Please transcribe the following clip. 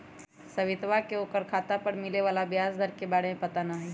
सवितवा के ओकरा खाता पर मिले वाला ब्याज दर के बारे में पता ना हई